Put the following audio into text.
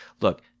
look